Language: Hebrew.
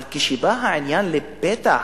אבל כשבא העניין לפתח